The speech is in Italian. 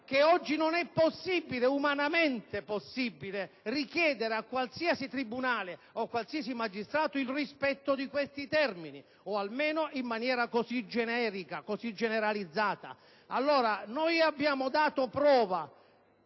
che oggi non è umanamente possibile richiedere a qualsiasi tribunale o a qualsiasi magistrato il rispetto di simili termini; almeno, non in maniera così generica e generalizzata. Noi abbiamo dato prova